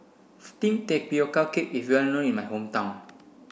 steamed tapioca cake is well known in my hometown